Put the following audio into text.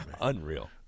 Unreal